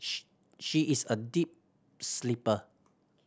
she is a deep sleeper